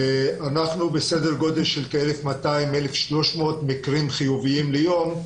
אנחנו בסדר גודל של כ-1,300-1,200 מקרים חיוביים ליום,